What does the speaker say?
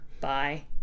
Bye